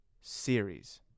series